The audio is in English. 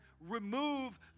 remove